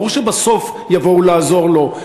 ברור שבסוף יבואו לעזור לו,